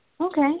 Okay